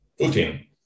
Putin